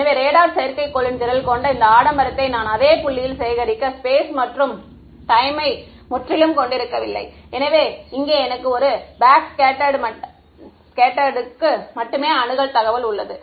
எனவே ரேடார் செயற்கைக்கோள்களின் திரள் கொண்ட இந்த ஆடம்பரத்தை நான் அதே புள்ளியில் சேகரிக்க ஸ்பேஸ் மற்றும் டைம் யை முற்றிலும் கொண்டிருக்கவில்லை எனவே இங்கே எனக்கு பேக்ஸ்கேட்டர்டுக்கு மட்டுமே அணுகல் தகவல் உள்ளது